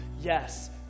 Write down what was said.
Yes